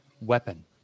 weapon